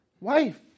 wife